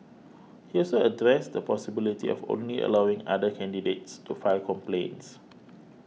he also addressed the possibility of only allowing other candidates to file complaints